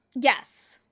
Yes